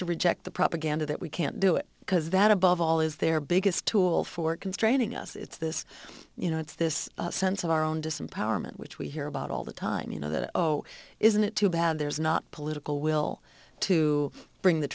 to reject the propaganda that we can't do it because that above all is their biggest tool for constraining us it's this you know it's this sense of our own disempowerment which we hear about all the time you know that oh isn't it too bad there's not political will to bring the